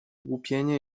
ogłupienie